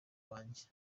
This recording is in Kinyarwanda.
wanjye